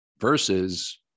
versus